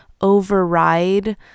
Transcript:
override